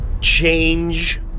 Change